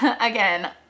again